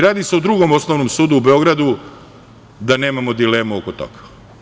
Radi se o Drugom osnovnom sudu u Beogradu, da nemamo dilemu oko toga.